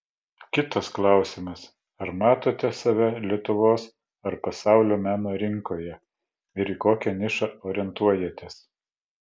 kitas klausimas ar matote save lietuvos ar pasaulio meno rinkoje ir į kokią nišą orientuojatės